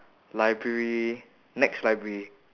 library nex library